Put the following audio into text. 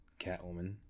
Catwoman